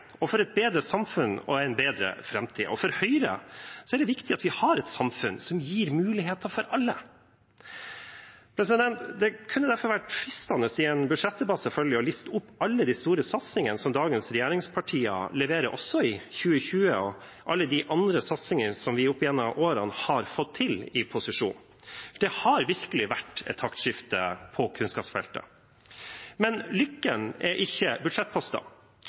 og for et bedre samfunn og en bedre framtid, og for Høyre er det viktig at vi har et samfunn som gir muligheter for alle. Det kunne derfor vært fristende i en budsjettdebatt å liste opp alle de store satsingene som dagens regjeringspartier leverer også i 2020, og alle de andre satsingene som vi oppigjennom årene har fått til i posisjon. For det har virkelig vært et taktskifte på kunnskapsfeltet. Men «lykken er» ikke